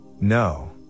no